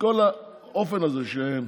כל האופן הזה שהם